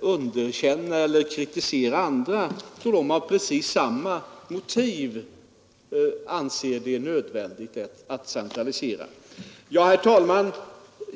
underkänna eller kritisera andra, som av samma motiv ansett det nödvändigt att centralisera. Herr talman!